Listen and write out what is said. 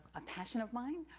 a passion of mine.